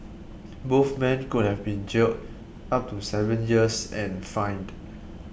both men could have been jailed up to seven years and fined